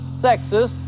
sexist